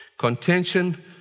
Contention